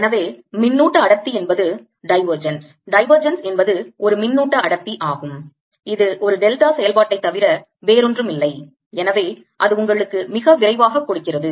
எனவே மின்னூட்ட அடர்த்தி என்பது divergence divergence என்பது ஒரு மின்னூட்ட அடர்த்தி ஆகும் இது ஒரு டெல்டா செயல்பாட்டைத் தவிர வேறொன்றுமில்லை எனவே அது உங்களுக்கு மிக விரைவாக கொடுக்கிறது